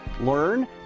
learn